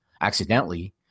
accidentally